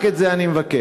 רק את זה אני מבקש.